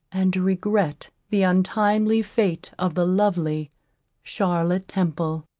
and regret the untimely fate of the lovely charlotte temple,